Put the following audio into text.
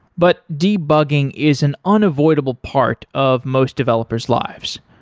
but debugging is an unavoidable part of most developers' lives.